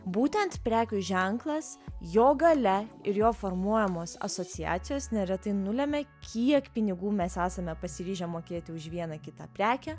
būtent prekių ženklas jo galia ir jo formuojamos asociacijos neretai nulemia kiek pinigų mes esame pasiryžę mokėti už vieną kitą prekę